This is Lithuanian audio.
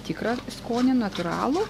tikrą skonį natūralų